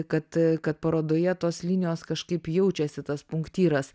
kad kad parodoje tos linijos kažkaip jaučiasi tas punktyras